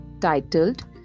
titled